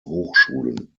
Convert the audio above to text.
hochschulen